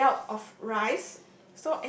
made out of rice